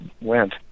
went